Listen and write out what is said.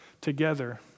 together